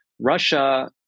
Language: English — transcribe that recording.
Russia